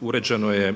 uređeno je